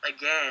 again